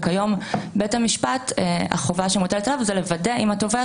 כיום החובה שמוטלת על בית המשפט היא לוודא עם התובע